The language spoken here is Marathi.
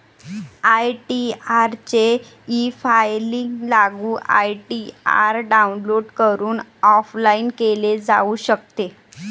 आई.टी.आर चे ईफायलिंग लागू आई.टी.आर डाउनलोड करून ऑफलाइन केले जाऊ शकते